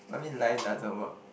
what you mean life doesn't work